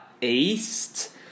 east